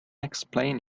explain